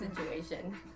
situation